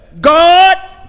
God